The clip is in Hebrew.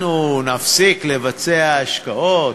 אנחנו נפסיק לבצע השקעות,